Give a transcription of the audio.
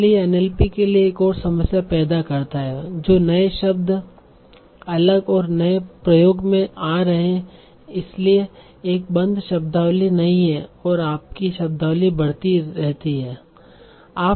इसलिए यह NLP के लिए एक और समस्या पैदा करता है जो नए शब्द अलग और नए प्रयोग में आ रहे हैं इसलिए एक बंद शब्दावली नहीं है और आपकी शब्दावली बढ़ती रहती है